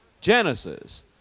Genesis